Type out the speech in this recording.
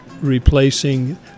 replacing